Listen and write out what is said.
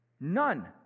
None